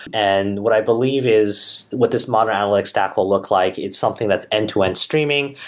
and what i believe is what this modern analytic stack will look like, it's something that's end-to-end streaming,